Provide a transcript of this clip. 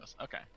Okay